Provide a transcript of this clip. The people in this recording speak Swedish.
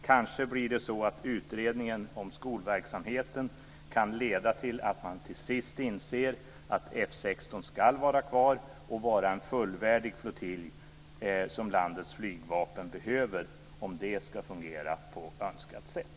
Kanske blir det så att utredningen om skolverksamheten kan leda till att man till sist inser att F 16 ska vara kvar och vara en fullvärdig flottilj som landets flygvapen behöver, om det ska fungera på önskat sätt.